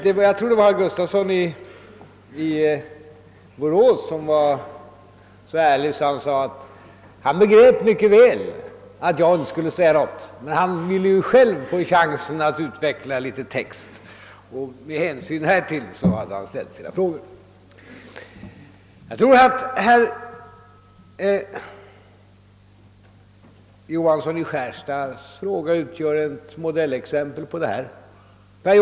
Jag tror att det var herr Gustafsson i Borås som var så ärlig att han sade att han mycket väl begrep att jag inte skulle säga något, men han ville själv få chansen att utveckla litet text, och med hänsyn härtill hade han ställt sina frågor. Herr Johanssons i Skärstad fråga utgör nog ett modellexempel på detta.